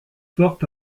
forte